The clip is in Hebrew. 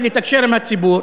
לתקשר עם הציבור,